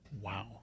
Wow